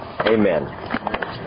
amen